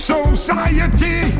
Society